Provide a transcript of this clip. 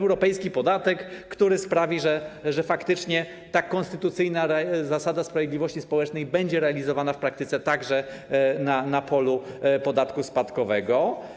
Europejski podatek, który sprawi, że faktycznie ta konstytucyjna zasada sprawiedliwości społecznej będzie realizowana w praktyce także na polu podatku spadkowego.